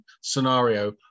scenario